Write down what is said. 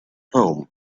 home